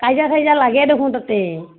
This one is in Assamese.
কাইজা খাইজা লাগে দেখোন তাতে